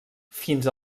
fins